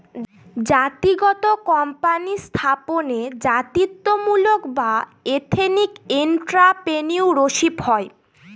জাতিগত কোম্পানি স্থাপনে জাতিত্বমূলক বা এথেনিক এন্ট্রাপ্রেনিউরশিপ হয়